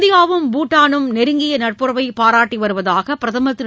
இந்தியாவும் பூட்டானும் நெருங்கிய நட்புறவை பாராட்டி வருவதாக பிரதமர் திரு